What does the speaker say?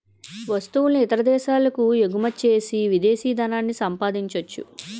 వస్తువులను ఇతర దేశాలకు ఎగుమచ్చేసి విదేశీ ధనాన్ని సంపాదించొచ్చు